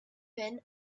when